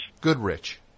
Goodrich